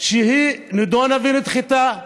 שהיא נדונה ונדחתה.